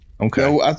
Okay